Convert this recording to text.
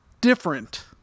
different